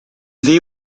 ddi